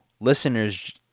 listeners